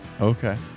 Okay